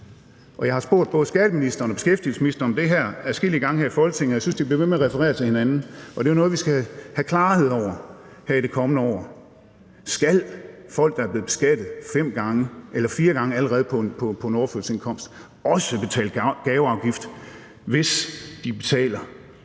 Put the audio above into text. Jeg har spurgt både skatteministeren og beskæftigelsesministeren om det her adskillige gange her i Folketinget, og jeg synes, de bliver ved med at referere til hinanden. Det er jo noget, vi skal have klarhed over her i det kommende år: Skal folk, der allerede er blevet beskattet fire gange på en overførselsindkomst, også betale gaveafgift, hvis man